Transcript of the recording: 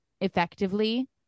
effectively